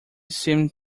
seemed